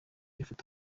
ifoto